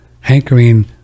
hankering